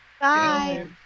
Bye